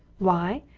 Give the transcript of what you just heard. why?